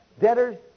Debtors